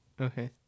okay